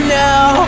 now